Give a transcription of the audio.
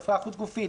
הפרייה חוץ גופית,